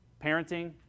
parenting